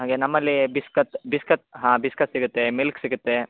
ಹಾಗೆ ನಮ್ಮಲ್ಲಿ biscuit biscuit ಹಾಂ ಬಿಸ್ಕತ್ ಸಿಗುತ್ತೆ ಮಿಲ್ಕ್ ಸಿಗುತ್ತೆ